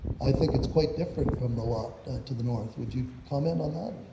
i think it's quite different from the lot to the north. would you comment on that?